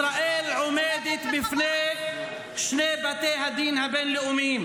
ישראל עומדת בפני שני בתי הדין הבין-לאומיים